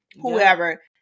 whoever